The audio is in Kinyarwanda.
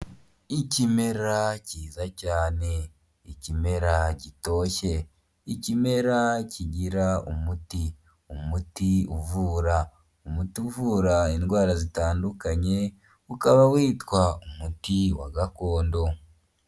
Ikimera kiyiza cyane ikimera gitoshye, ikimera kigira umuti, umuti uvura. Umuti uvura indwara zitandukanye ukaba witwa umuti wa gakondo.